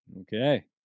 Okay